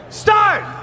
start